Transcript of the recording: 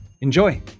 Enjoy